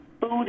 food